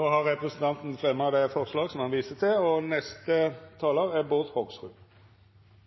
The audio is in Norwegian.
Representanten Svein Roald Hansen har teke opp det forslaget han refererte til. SV og